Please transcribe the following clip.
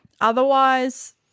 Otherwise